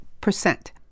Percent